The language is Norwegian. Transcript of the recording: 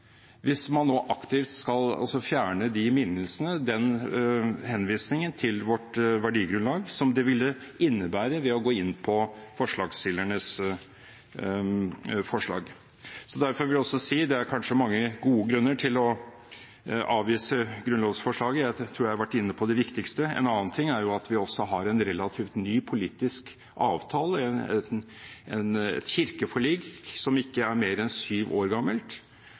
hvis man nå aktivt skal fjerne de minnelsene, den henvisningen, til vårt verdigrunnlag som det ville innebære å gå inn på forslagsstillernes forslag. Derfor vil jeg også si at det er kanskje mange gode grunner til å avvise grunnlovsforslaget – jeg tror jeg har vært inne på de viktigste. En annen ting er at vi også har en relativt ny politisk avtale, et kirkeforlik, som ikke er mer enn syv år gammelt,